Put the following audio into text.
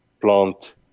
plant